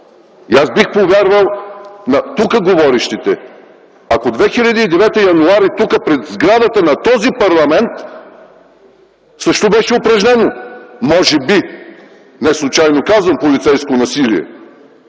Аз бих повярвал на тук говорещите – ако 2009 г., м. януари, тук, пред сградата на този парламент, също беше упражнено, може би, неслучайно казвам – полицейско насилие,